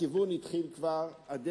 הכיוון כבר התחיל,